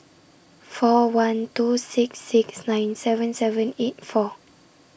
four one two six six nine seven seven eight four